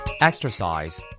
Exercise